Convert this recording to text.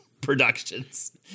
productions